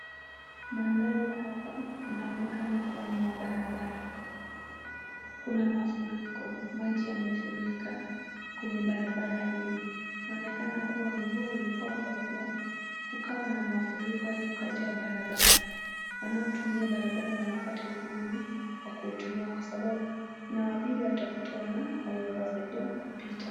Mandhari hapa inaonekana kuwa ni ya barabara, kuna mafuriko. Maji yamefurika kwenye barabara hili inaonekana kuwa mvua ilikuwa kubwa kukawa na mafuriko hadi kukajaa barabara. Wanaotumia barabara wanapata ugumu wa kuitumia kwa sababu inawabidi watafute wanaoweza wasaidia kupita.